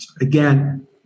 Again